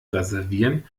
reservieren